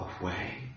away